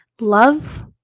love